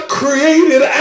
created